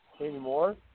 Anymore